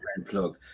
-plug